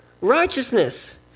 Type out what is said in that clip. righteousness